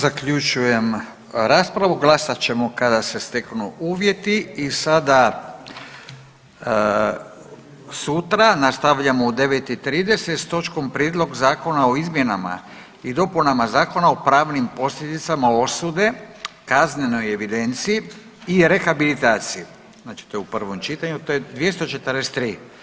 Zaključujem raspravu, glasat ćemo kada se steknu uvjeti i sada sutra nastavljamo u 9 i 30 s točkom Prijedlog Zakona i izmjenama i dopunama Zakona o pravnim posljedicama osude, kaznenoj evidenciji i rehabilitaciji, znači to je prvom čitanju to je 243.